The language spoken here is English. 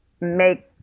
make